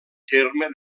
terme